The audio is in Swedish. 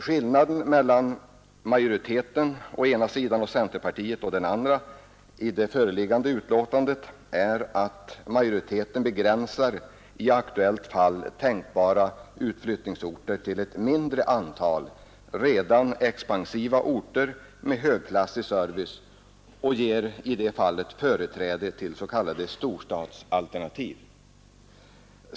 Skillnaden mellan majoriteten å ena sidan och centerpartiet å den andra i det föreliggande utskottsbetänkandet är att majoriteten begränsar i aktuella fall tänkbara utflyttningsorter till ett mindre antal redan expansiva orter med högklassig service och ger i det fallet företräde för s.k. storstadsalternativ.